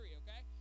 okay